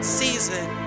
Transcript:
season